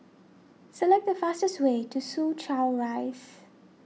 select the fastest way to Soo Chow Rise